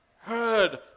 heard